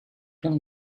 can